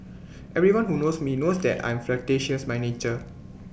everyone who knows me knows that I am flirtatious by nature